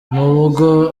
nubwo